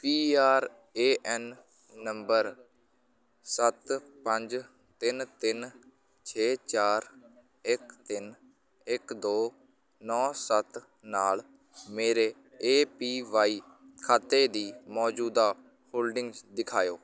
P R A N number ਸੱਤ ਪੰਜ ਤਿੰਨ ਤਿੰਨ ਛੇ ਚਾਰ ਇੱਕ ਤਿੰਨ ਇੱਕ ਦੋ ਨੌਂ ਸੱਤ ਨਾਲ ਮੇਰੇ ਏ ਪੀ ਵਾਈ ਖਾਤੇ ਦੀ ਮੌਜੂਦਾ ਹੋਲਡਿੰਗਜ਼ ਦਿਖਾਇਓ